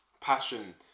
passion